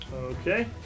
Okay